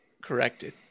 corrected